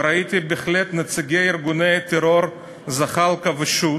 וראיתי בהחלט נציגי ארגוני טרור, זחאלקה ושות',